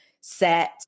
set